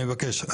אני מבקש,